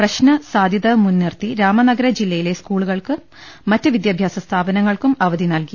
പ്രശ്ന സാധൃത മുൻനിർത്തി രാമനഗര ജില്ലയിൽ സ്കൂളുകൾക്കും മറ്റ് വിദ്യാഭ്യാസ സ്ഥാപനങ്ങൾക്കും അവധി നൽകി